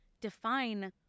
define